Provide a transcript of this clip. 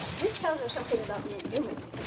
this tells us something about being human.